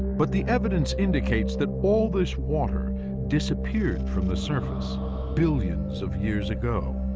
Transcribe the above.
but the evidence indicates that all this water disappeared from the surface billions of years ago,